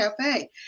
cafe